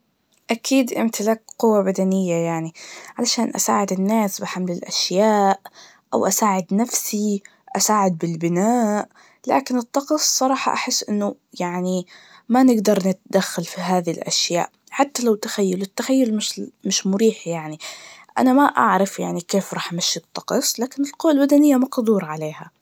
أكيد إمتلاك قوة بدنية, يعني علشان أساعد الناس, واحمل أشياء, وأساعد نفسي, أساعد بالبناء, لكن الطقس, صراح أحس إنه يعني, ما نقدر نتدخل في هادي الأشياء, حتى لو تخيل, التخيل مش ل- مش مريح يعني, أنا ما أعرف يعني كيف راح مشي الطقس, لكن القوة البدنية مقدور عليها.